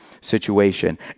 situation